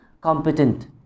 competent